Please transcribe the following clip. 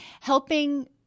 Helping